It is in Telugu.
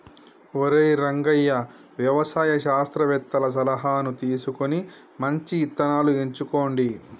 ఒరై రంగయ్య వ్యవసాయ శాస్త్రవేతల సలహాను తీసుకొని మంచి ఇత్తనాలను ఎంచుకోండి